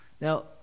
Now